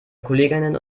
kolleginnen